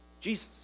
Jesus